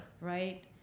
Right